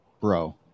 Bro